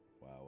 wow